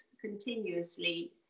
continuously